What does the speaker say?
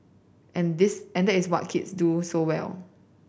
and this and this what kids do so well